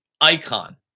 icon